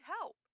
help